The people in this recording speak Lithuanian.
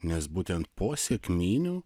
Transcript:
nes būtent po sekminių